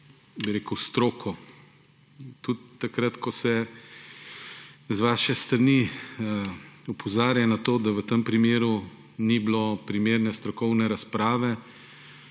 skladu s stroko. Tudi takrat, ko se z vaše strani opozarja na to, da v tem primeru ni bilo primerne strokovne razprave.